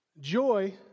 Joy